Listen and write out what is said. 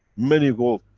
many world